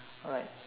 alright